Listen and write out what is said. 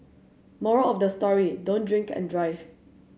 moral of the story don't drink and drive